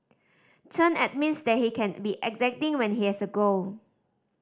Chen admits that he can be exacting when he has a goal